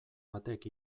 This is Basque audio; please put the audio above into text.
batek